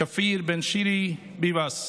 כפיר בן שירי ביבס.